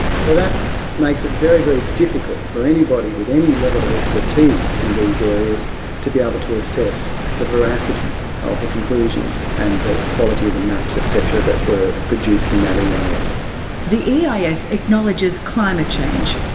so that makes it very, very difficult for anybody with any level of expertise in these areas to be able to assess the veracity of the conclusions and the quality of the maps etcetera that were produced in that yeah eis. the eis acknowledges climate change,